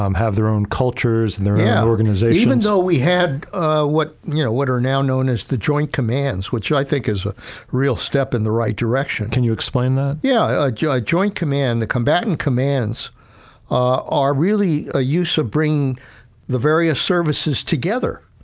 um have their own cultures and their yeah organizations. oh, we had what, you know, what are now known as the joint commands, which i think is a real step in the right direction. can you explain that? yeah, joint joint command, the combatant commands are really a use of bring the various services together,